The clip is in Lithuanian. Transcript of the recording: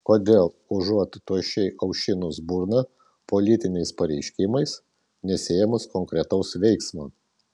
kodėl užuot tuščiai aušinus burną politiniais pareiškimais nesiėmus konkretaus veiksmo